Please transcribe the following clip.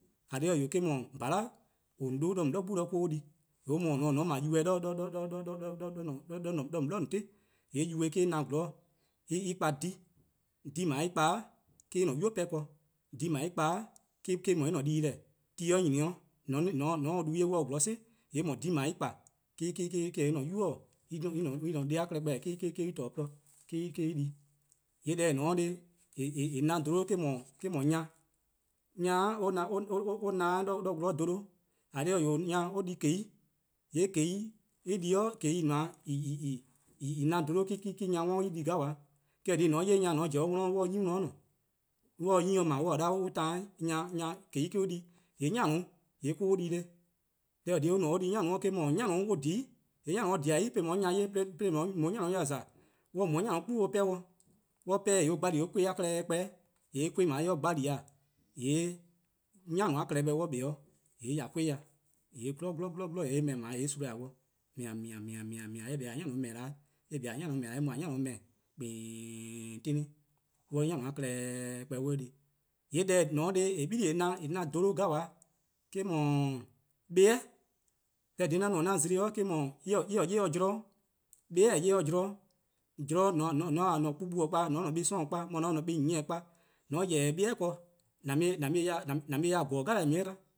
:Eh :korn dhih eh 'wee', :bhala' :on 'dhu-a 'de :on 'bli 'gbu 'de or-: en di, :yee' en :mor :ne-a 'o :mor :on 'ble yuh+ 'de :on 'bli :on 'ti-a, :yee' yuh+ me-: en na 'zorn-dih en koa 'dheh+, 'dheh+ :dao' en kpa-a' me-: en-a' 'nynuu-a 'pehn ken, 'dheh+ :dao' en kpa-' me-: no en-' dii-deh, mor ti nyni 'o :mor se du 'ye on se 'aorn 'si, :yee' eh :mor 'dheh+ :dao eh kpa-' mo-: en-: 'nynuu: en-a' deh-a klehkpeh-' me-: en :kpa-dih :porluh-eih me-: en di. :yee' deh :eh :ne-a 'o :neheh' en na-a dholo-' eh-: 'dhu nyea-', nyea-a na-dih 'weh 'de :gwlor dholo-' :eh :korn dhih-eh 'wee' nyea-a 'de :kwiei:, :yee' :kwiei: en 'worn eh di-a'gabaa :me-: no :kwiei: en na-' dholo-' me-: nyea-a 'worn or di 'gabaa, eh-: :mor 'ye nyea :on pobo 'de or 'worn or se 'nyne 'worn :ne, or se 'nyne 'ble 'de or :ne-a 'o or ta, nyea, kwiei: me-: eh di, 'nyanu or di :neheh', deh :eh :korn-a dhih or di-a 'nyanu, eh-: 'dhu 'nyanu or :dhei' :yee' dej 'nyanu :dhie:-a 'i, 'de :on 'ye nyea 'ye :on 'ye-or 'nyanu dih :za, :mor or mu 'de 'nyanu klu-' :yee' or pehn-dih, or gbali: or kon+-a klehkpuh 'weh, :mor or gbali' :mor 'nyanu-a klehkpeh un kpa 'de :ye e' on 'ya kon+ 'ya, 'blo 'blo :yee' eh 'pehn-dih eh :meo' dih, :mea' :mea' :yee' eh kpa 'o 'nyanu :beh 'de weh, eh kpa 'o 'nyanu :beh 'da 'weh kpeen 'tene, or 'ye 'nyanu-a klehkpehn 'di. :yee' deh :eh ne-a 'o :neheh' :eh na-a dholo, eh-: dhu 'bibi 'i. Deh :korn-a dhih 'de 'an zlo-ih-a en 'ye 'dih zorn bli bibi-a ye-dih 'de 'zorn-'zorn mor :on taa an-a kpu' kpu' kpa, on taa :an buh+ 'sororn' kpa or :mor 'mor :on taa an buh+ nyieh-a kpa, :or :on yeh dih bibi ken :an mu ya gele: :on 'ye-eh 'dba s